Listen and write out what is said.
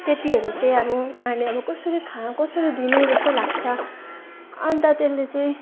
त्यतिहरू चाहिँ अब उनीहरूले अब कसरी खा कसरी दिनु जस्तो लाग्छ अन्त त्यसले चाहिँ